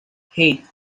hey